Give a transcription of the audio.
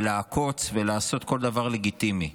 לעקוץ ולעשות כל דבר לגיטימי,